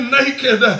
naked